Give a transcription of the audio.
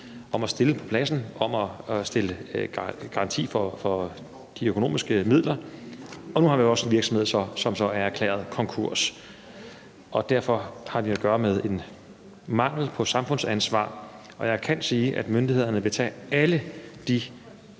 om at stille på pladsen og om at stille garanti for de økonomiske midler, og nu har vi så også en virksomhed, som er erklæret konkurs. Derfor har vi at gøre med en mangel på samfundsansvar, og jeg kan sige, at myndighederne vil tage alle de